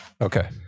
Okay